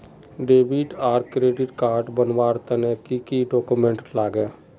Debit आर credit card बनवार तने की की डॉक्यूमेंट लागे?